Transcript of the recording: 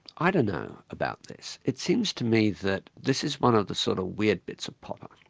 i don't know about this. it seems to me that this is one of the sort of weird bits of popper.